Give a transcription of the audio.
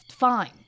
Fine